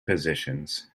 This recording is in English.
positions